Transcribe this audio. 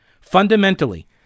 Fundamentally